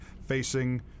facing